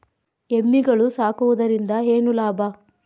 ಎಮ್ಮಿಗಳು ಸಾಕುವುದರಿಂದ ಏನು ಲಾಭ?